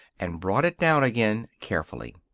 and brought it down again, carefully.